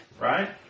right